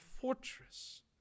fortress